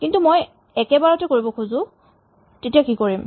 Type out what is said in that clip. কিন্তু যদি মই একেবাৰতে কৰিব খোজো তেতিয়া কি কৰিম